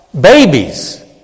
babies